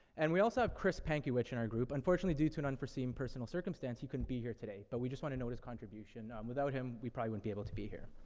and we also have chris pankewich in our group. unfortunately, due to an unforeseen personal circumstance, he couldn't be here today, but we just want to note his contribution. um, without him, we probably wouldn't be able to be here.